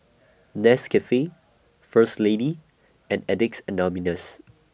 Nescafe First Lady and Addicts Anonymous